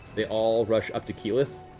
they all rush up to keyleth,